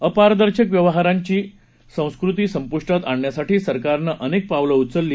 अपारदर्शक व्यवहारांची संस्कृती संपुष्टात आणण्यासाठी सरकारनं अनेक पावलं उचलली